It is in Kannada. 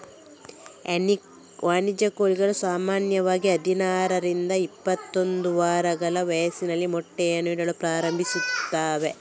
ವಾಣಿಜ್ಯ ಕೋಳಿಗಳು ಸಾಮಾನ್ಯವಾಗಿ ಹದಿನಾರರಿಂದ ಇಪ್ಪತ್ತೊಂದು ವಾರಗಳ ವಯಸ್ಸಿನಲ್ಲಿ ಮೊಟ್ಟೆಗಳನ್ನು ಇಡಲು ಪ್ರಾರಂಭಿಸುತ್ತವೆ